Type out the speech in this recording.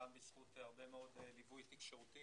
גם בזכות הרבה מאוד ליווי תקשורתי